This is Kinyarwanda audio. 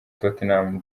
tottenham